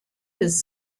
his